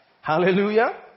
Hallelujah